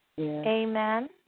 Amen